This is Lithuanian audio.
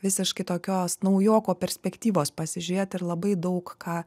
visiškai tokios naujoko perspektyvos pasižiūrėti ir labai daug ką